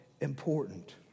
important